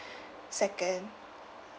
second